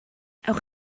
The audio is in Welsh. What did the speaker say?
ewch